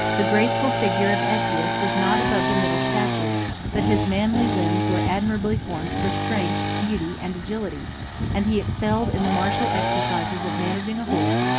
the graceful figure of aetius was not above the middle stature but his manly limbs were admirably formed for strength, beauty, and agility and he excelled in the martial exercises of managing a horse,